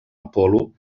apol·lo